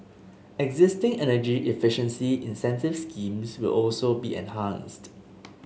existing energy efficiency incentive schemes will also be enhanced